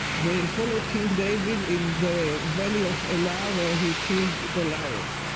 they followed king david in the valley of elah, where he killed goliath.